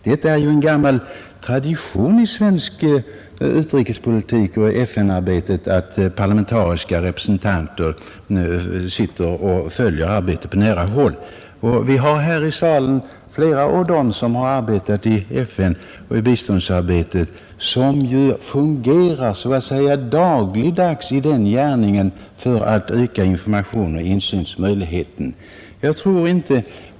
Det är en gammal tradition i svenskt FN-arbete att parlamentariska representanter följer det på nära håll. Vi har här i salen flera av dem som arbetat med FN:s biståndsarbete och vilka fungerat dagligen för att ge ökad information och insynsmöjligheter.